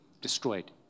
destroyed